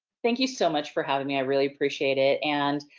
thank you so much for having me i really appreciate it. and,